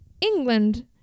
england